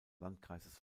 landkreises